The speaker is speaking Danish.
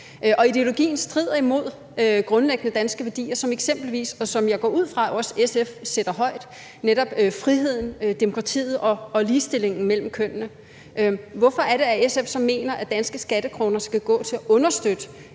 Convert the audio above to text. ideologien strider imod grundlæggende danske værdier som eksempelvis – og som jeg går ud fra at også SF sætter højt – netop friheden, demokratiet og ligestillingen mellem kønnene. Hvorfor er det, at SF så mener, at danske skattekroner skal gå til at understøtte